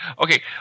Okay